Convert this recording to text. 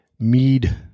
Mead